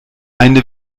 eine